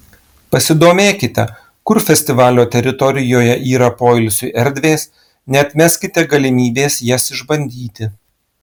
pasidomėkite kur festivalio teritorijoje yra poilsiui erdvės neatmeskite galimybės jas išbandyti